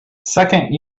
second